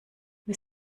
wir